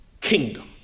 kingdom